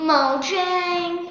Mojang